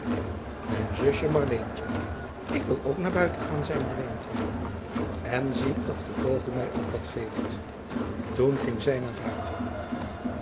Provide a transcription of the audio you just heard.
mijn zusje marleentje ik wil ook naar buiten gaan zei marleentje en zien of de vogel mij ook wat geeft toen ging zij naar buiten